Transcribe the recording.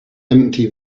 empty